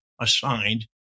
assigned